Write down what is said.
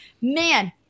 Man